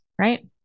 Right